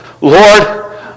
Lord